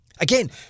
Again